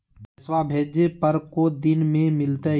पैसवा भेजे पर को दिन मे मिलतय?